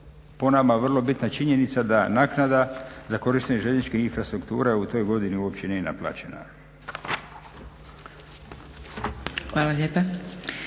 po nama vrlo bitna činjenica da naknada za korištenje željezničke infrastrukture u toj godini uopće nije naplaćena.